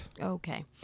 okay